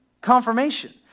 Confirmation